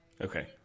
Okay